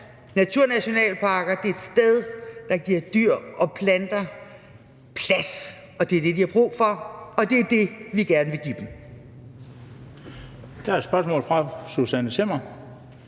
naturnationalparker et sted, der giver dyr og planter plads, og det er det, de har brug for, og det er det, vi gerne vil give dem. Kl. 16:46 Den fg. formand (Bent